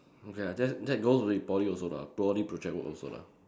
okay that that goes with Poly also lah Poly project work also lah